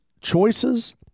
choices